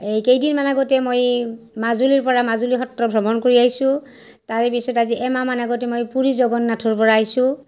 এই কেইদিনমান আগতে মই মাজুলীৰ পৰা মাজুলীৰ সত্ৰ ভ্ৰমণ কৰি আহিছোঁ তাৰে পিছত আজি এমাহ মান আগতে মই পুৰী জগন্নাথৰ পৰা আহিছোঁ